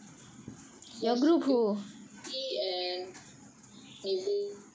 it was it was preeti and nivita and hark